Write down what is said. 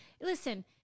listen